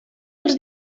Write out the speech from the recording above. els